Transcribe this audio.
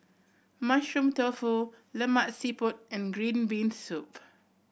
Mushroom Tofu Lemak Siput and green bean soup